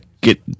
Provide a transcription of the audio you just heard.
get